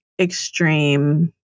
extreme